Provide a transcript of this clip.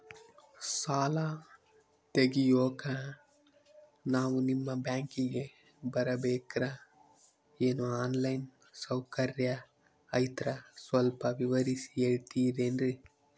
ಸಾಲ ತೆಗಿಯೋಕಾ ನಾವು ನಿಮ್ಮ ಬ್ಯಾಂಕಿಗೆ ಬರಬೇಕ್ರ ಏನು ಆನ್ ಲೈನ್ ಸೌಕರ್ಯ ಐತ್ರ ಸ್ವಲ್ಪ ವಿವರಿಸಿ ಹೇಳ್ತಿರೆನ್ರಿ?